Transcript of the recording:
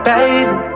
Baby